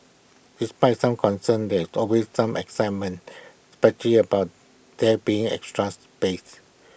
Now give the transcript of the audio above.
despite some concerns that there was also some excitement especially about there being extra space